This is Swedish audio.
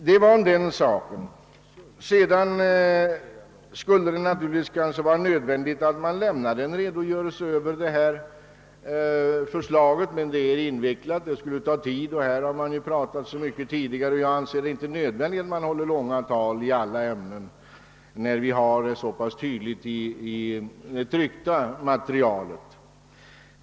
Det var den saken! Sedan skulle det kanske vara nödvändigt att lämna en redogörelse över det föreliggande förslaget, men eftersom det är invecklat skulle det ta tid. Det har talats mycket om denna fråga tidigare, men jag anser inte att det är nödvändigt att hålla långa tal i alla ämnen när ändå allting framgår så pass tydligt av det tryckta materialet.